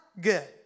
good